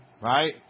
Right